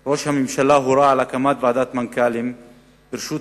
הורה ראש הממשלה על הקמת ועדת מנכ"לים בראשות